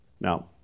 Now